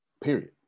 period